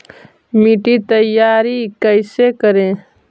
मिट्टी तैयारी कैसे करें?